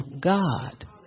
god